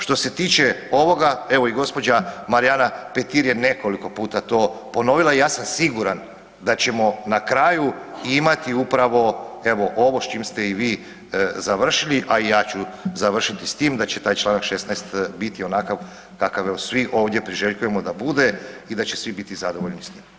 Što se tiče ovoga evo i gospođa Marijana Petir je nekoliko puta to ponovila i ja sam siguran da ćemo na kraju imati upravo evo ovo s čim ste i vi završili, a i ja ću završiti s tim da će taj članak 16. biti onakav kakav svi ovdje priželjkujemo da bude i da će svi biti zadovoljni s tim.